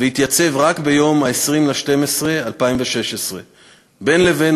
והתייצב רק ביום 20 בדצמבר 2016. בין לבין,